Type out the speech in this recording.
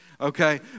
Okay